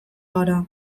gara